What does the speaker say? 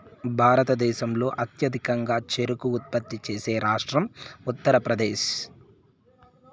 భారతదేశంలో అత్యధికంగా చెరకు ఉత్పత్తి చేసే రాష్ట్రం ఉత్తరప్రదేశ్